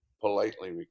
politely